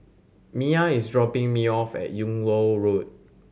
Miah is dropping me off at Yung Loh Road